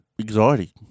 anxiety